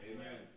Amen